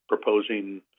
Proposing